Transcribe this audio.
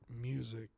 music